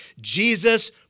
Jesus